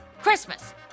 Christmas